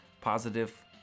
positive